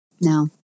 No